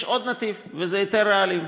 יש עוד נתיב, וזה היתר רעלים.